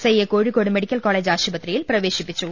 ഐയെ Kozhikode medical college ആശുപത്രിയിൽ പ്രവേശി പ്പിച്ചു